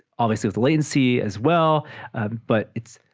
obviously with latency as well but it's